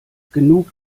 genug